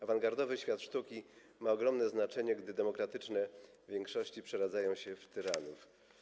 Awangardowy świat sztuki ma ogromne znaczenie, gdy demokratyczne większości przeradzają się w tyranów.